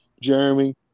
Jeremy